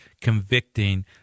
convicting